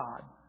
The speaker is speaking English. God